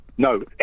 No